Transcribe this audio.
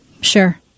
Sure